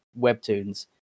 webtoons